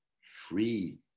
free